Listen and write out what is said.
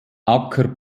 acker